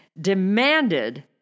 demanded